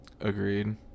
Agreed